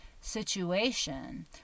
situation